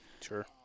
Sure